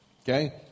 Okay